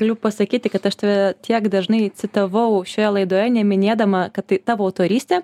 galiu pasakyti kad aš tave tiek dažnai citavau šioje laidoje neminėdama kad tai tavo autorystė